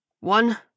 One